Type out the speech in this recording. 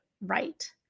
right